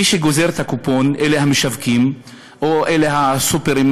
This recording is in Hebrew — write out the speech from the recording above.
מי שגוזרים את הקופון אלה המשווקים או הסוּפֶּרים,